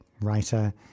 writer